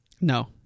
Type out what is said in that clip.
No